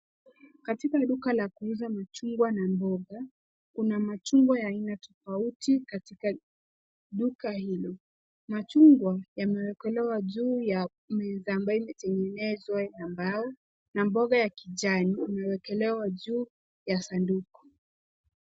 Katika duka la kuuza machungwa na mboga, kuna machungwa ya aina tofauti katika duka hilo. Machungwa yamewekelewa juu ya meza ambayo imetengenezwa na mbao na mboga ya kijani imewekelewa juu ya sanduku.